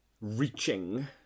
reaching